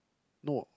no